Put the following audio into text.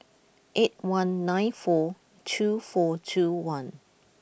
eight one nine four two four two one